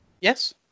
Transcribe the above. Yes